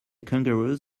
kangaroos